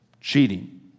cheating